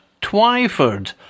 Twyford